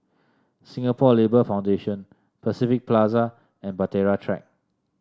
Singapore Labour Foundation Pacific Plaza and Bahtera Track